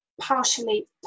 partially